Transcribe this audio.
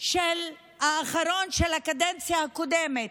האחרון של הקדנציה הקודמת.